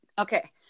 Okay